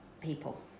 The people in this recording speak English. people